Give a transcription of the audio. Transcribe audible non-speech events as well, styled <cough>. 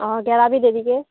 অ' <unintelligible>